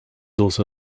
also